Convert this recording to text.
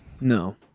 No